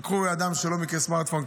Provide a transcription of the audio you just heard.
תיקחו בן אדם שלא מכיר סמארטפון,